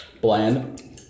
Bland